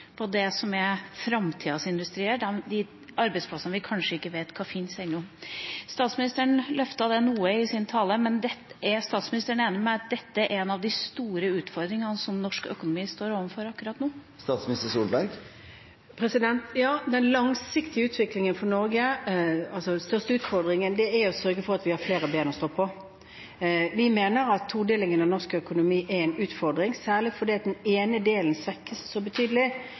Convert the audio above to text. på det som er framtidas industrier – de arbeidsplassene vi kanskje ikke ennå vet kan finnes. Statsministeren løftet dette noe i sin tale. Er statsministeren enig med meg i at dette er en av de store utfordringene som norsk økonomi står overfor akkurat nå? Ja, den største utfordringen for den langsiktige utviklingen i Norge er å sørge for at vi har flere ben å stå på. Vi mener at todelingen av norsk økonomi er en utfordring, særlig fordi den ene delen svekkes så betydelig